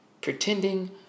Pretending